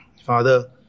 Father